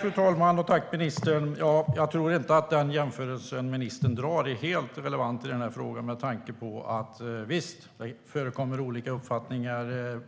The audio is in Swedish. Fru talman! Tack, ministern! Jag tror inte att den jämförelse ministern gör är helt relevant i den här frågan. Visst förekommer det olika uppfattningar